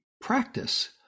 practice